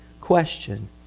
question